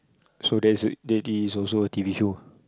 so that's it that is also a t_v show